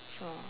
so